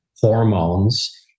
hormones